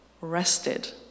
rested